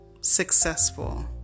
successful